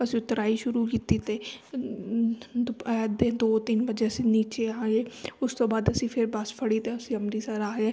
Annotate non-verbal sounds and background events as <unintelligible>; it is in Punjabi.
ਅਸੀਂ ਉਤਰਾਈ ਸ਼ੁਰੂ ਕੀਤੀ ਅਤੇ <unintelligible> ਦੁਪਹਿਰ ਦੇ ਦੋ ਤਿੰਨ ਵਜੇ ਅਸੀਂ ਨੀਚੇ ਆਏ ਉਸ ਤੋਂ ਬਾਅਦ ਅਸੀਂ ਫਿਰ ਬੱਸ ਫੜੀ ਅਤੇ ਅਸੀਂ ਅੰਮ੍ਰਿਤਸਰ ਆਏ